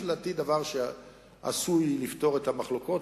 שזה לדעתי דבר שעשוי לפתור את המחלוקות